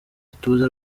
ituze